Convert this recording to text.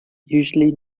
usually